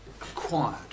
acquired